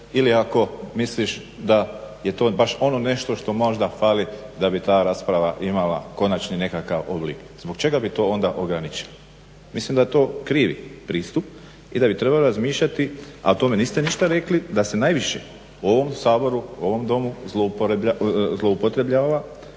ili ako misliš da je to baš ono nešto što možda fali da bi ta rasprava imala konačni nekakav oblik. Zbog čega bi to onda ograničilo. Mislim da je to krivi pristup i da bi trebalo razmišljati a o tome niste ništa rekli da se najviše u ovom Saboru, u ovom Domu zloupotrjebljava